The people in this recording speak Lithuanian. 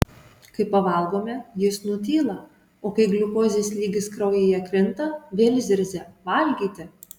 kai pavalgome jis nutyla o kai gliukozės lygis kraujyje krinta vėl zirzia valgyti